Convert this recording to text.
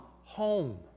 home